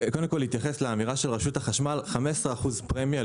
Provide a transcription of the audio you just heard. קודם כל אתייחס לאמירה של רשות החשמל: 15% פרמיה,